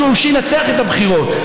אז שינצח את הבחירות,